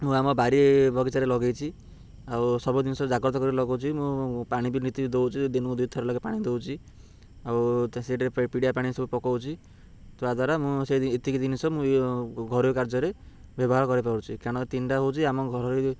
ମୁଁ ଆମ ବାରି ବଗିଚାରେ ଲଗାଇଛି ଆଉ ସବୁ ଜିନିଷ ଜାଗ୍ରତ କରି ଲଗଉଛି ମୁଁ ପାଣି ବି ନୀତି ଦଉଛି ଦିନକୁ ଦୁଇ ଥର ଲେଖା ପାଣି ଦଉଛି ଆଉ ସେଇଠି ପିଡ଼ିଆ ପାଣି ସବୁ ପକଉଛି ତା ଦ୍ୱାରା ମୁଁ ସେଇ ଏତିକି ଜିନିଷ ମୁଁ ଘରୋଇ କାର୍ଯ୍ୟରେ ବ୍ୟବହାର କରିପାରୁଛି କାରଣ ତିନିଟା ହେଉଛି ଆମ ଘର